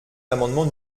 l’amendement